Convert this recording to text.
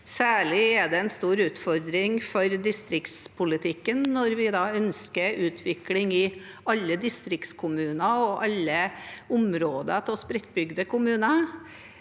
Særlig er det en stor utfordring for distriktspolitikken når vi da ønsker utvikling i alle distriktskommuner og alle områder av spredtbygde kommuner,